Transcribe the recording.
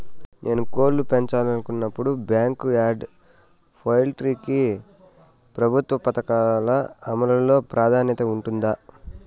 నేను కోళ్ళు పెంచాలనుకున్నపుడు, బ్యాంకు యార్డ్ పౌల్ట్రీ కి ప్రభుత్వ పథకాల అమలు లో ప్రాధాన్యత ఉంటుందా?